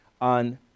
on